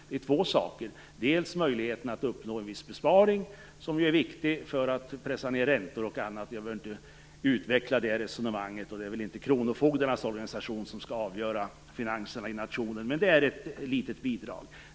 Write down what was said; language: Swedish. Det ena är möjligheten att uppnå en viss besparing, vilket ju är viktigt för att kunna pressa ned räntor och annat. Jag behöver inte utveckla det resonemanget, och det är väl inte kronofogdarnas organisation som skall avgöra nationens finanser. Med det är ett litet bidrag.